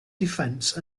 defence